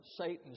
Satan